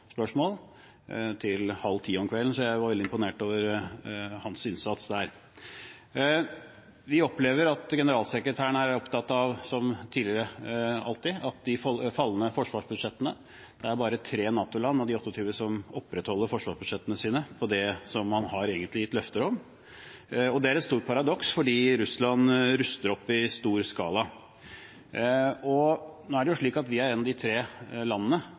spørsmål, til kl. 21.30 om kvelden, så jeg var veldig imponert over hans innsats der. Vi opplever at generalsekretæren er opptatt av, som alltid tidligere, at av de fallende forsvarsbudsjettene er det bare tre NATO-land av de 28 som opprettholder forsvarsbudsjettene sine på det nivået man egentlig har gitt løfter om. Det er stort paradoks, fordi Russland ruster opp i stor skala. Nå er det jo slik at vi er ett av de tre landene,